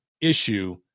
issue